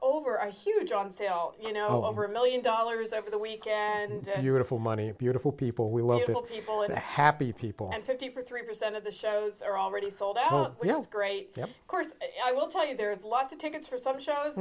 over a huge on sale you know over a million dollars over the weekend and you were for money beautiful people we love to people and happy people and fifty for three percent of the shows are already sold out yes great course i will tell you there's lots of tickets for some shows